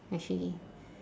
actually